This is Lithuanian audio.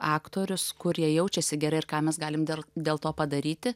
aktorius kur jie jaučiasi gerai ir ką mes galim dėl dėl to padaryti